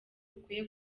bukwiye